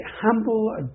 humble